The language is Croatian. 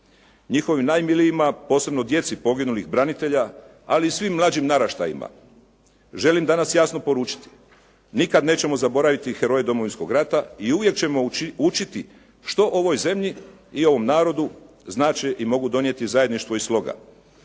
Njihovim najmilijima, posebno djeci poginulih branitelja, ali i svim mlađim naraštajima želim danas jasno poručiti, nikad nećemo zaboraviti heroje Domovinskog rata i uvijek ćemo učiti što ovoj zemlji i ovom narodu znače i mogu donijeti zajedništvo i sloga.